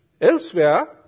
elsewhere